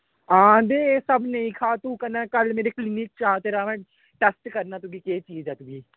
ते आं एह् सब नेईं खा तू ते कल्ल मेरे क्लीनिक आ तू ते एह् सब टेस्ट कर चीज़ ऐ तुगी ना केह्